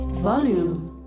Volume